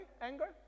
anger